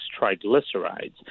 triglycerides